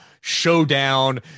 showdown